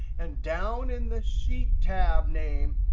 and down in the sheet tab name,